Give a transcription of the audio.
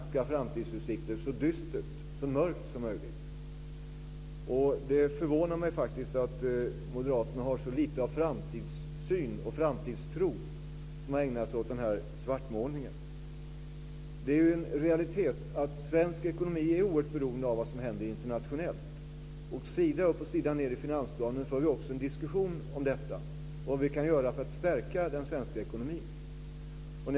Fru talman! Vill Gunnar Hökmark att det ska gå bra för svensk ekonomi? Vill moderaterna att svensk ekonomi ska vara framgångsrik? Intresset för att diskutera just framgångsfaktorer är från moderaternas sida mycket begränsat. I stället tycks ambitionen vara väldigt stor att i stället försöka beskriva svenska framtidsutsikter så dystert och mörkt som möjligt. Det förvånar mig faktiskt att moderaterna har så lite av framtidssyn och framtidstro att man ägnar sig åt den här svartmålningen. Det är en realitet att svensk ekonomi är oerhört beroende av vad som händer internationellt. Sida upp och sida ned i finansplanen för vi också en diskussion om vad vi kan göra för att stärka den svenska ekonomin.